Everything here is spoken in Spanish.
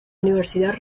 universidad